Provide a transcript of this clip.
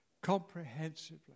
comprehensively